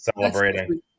celebrating